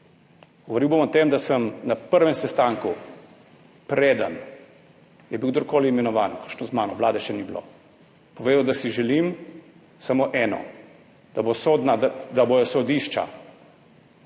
Govoril bom o tem, da sem na prvem sestanku, preden je bil kdorkoli imenovan, vključno z mano, vlade še ni bilo, povedal, da si želim samo eno, da bodo sodišča